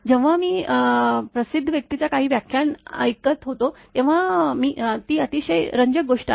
जेव्हा मी प्रसिद्ध व्यक्तीचं काही व्याख्यान ऐकत होतो तेव्हा ती अतिशय रंजक गोष्ट आहे